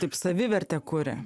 taip savivertę kuria